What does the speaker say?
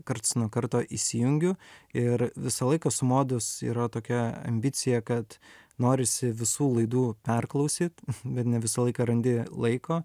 karts nuo karto įsijungiu ir visą laiką su modus yra tokia ambicija kad norisi visų laidų perklausyt bet ne visą laiką randi laiko